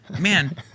man